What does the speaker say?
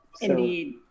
Indeed